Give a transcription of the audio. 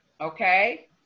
okay